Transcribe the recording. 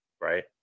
right